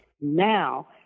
Now